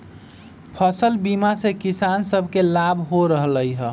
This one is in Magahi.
फसल बीमा से किसान सभके लाभ हो रहल हइ